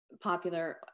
popular